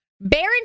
Baron